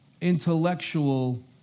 intellectual